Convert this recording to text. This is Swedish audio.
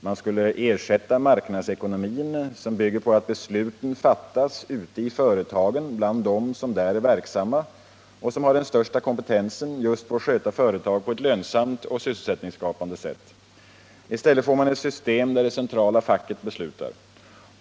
Man skulle ersätta marknadsekonomin, som bygger på att besluten fattas ute i företagen bland dem som där är verksamma och som har den största kompetensen när det gäller att sköta företag på ett lönsamt och sysselsättningsskapande sätt, med ett system där det centrala facket beslutar.